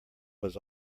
was